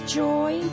joy